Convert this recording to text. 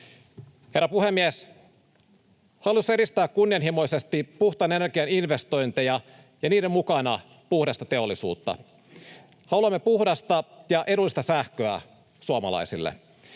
Herra puhemies! Hallitus edistää kunnianhimoisesti puhtaan energian investointeja ja niiden mukana puhdasta teollisuutta. Haluamme puhdasta ja edullista sähköä suomalaisille.